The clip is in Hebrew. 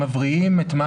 מבריאים את מה